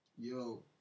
Yo